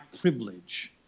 privilege